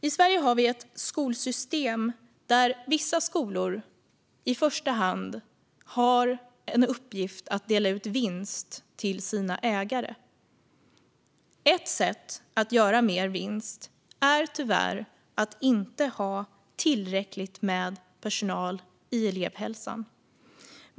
I Sverige har vi ett skolsystem där vissa skolor i första hand har som uppgift att dela ut vinst till sina ägare. Ett sätt att göra mer vinst är tyvärr att inte ha tillräckligt med personal i elevhälsan.